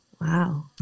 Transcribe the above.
Wow